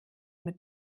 mit